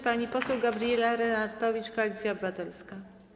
Pani poseł Gabriela Lenartowicz, Koalicja Obywatelska.